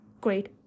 great